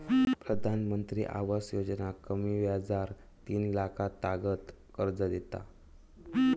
प्रधानमंत्री आवास योजना कमी व्याजार तीन लाखातागत कर्ज देता